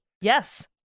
Yes